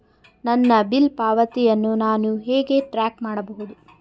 ನನ್ನ ಬಿಲ್ ಪಾವತಿಯನ್ನು ನಾನು ಹೇಗೆ ಟ್ರ್ಯಾಕ್ ಮಾಡಬಹುದು?